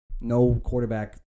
no-quarterback